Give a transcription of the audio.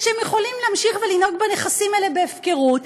הוא שהם יכולים להמשיך לנהוג בנכסים האלה בהפקרות,